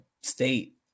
state